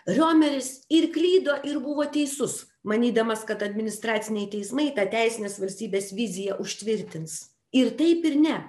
riomeris ir klydo ir buvo teisus manydamas kad administraciniai teismai tą teisinės valstybės viziją užtvirtins ir taip ir ne